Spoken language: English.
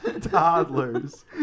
Toddlers